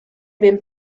ben